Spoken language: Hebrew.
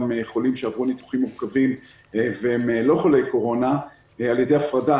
חולים שעברו ניתוחים מורכבים והם לא חולי קורונה על ידי הפרדה,